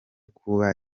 kuba